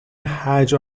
حجم